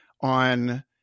on